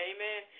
Amen